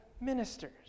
ministers